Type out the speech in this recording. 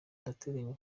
nteganya